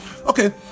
Okay